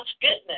goodness